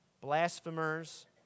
blasphemers